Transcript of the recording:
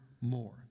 more